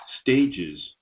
stages